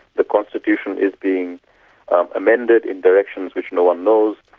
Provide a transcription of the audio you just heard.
the constitution is being amended in directions which no-one knows,